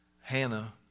Hannah